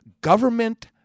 government